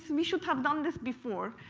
and we should have done this before.